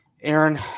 Aaron